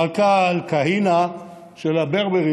המלכה אל-כאהינה של הברברים,